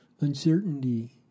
uncertainty